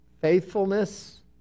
faithfulness